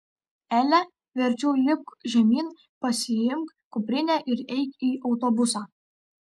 ele verčiau lipk žemyn pasiimk kuprinę ir eik į autobusą